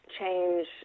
change